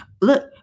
look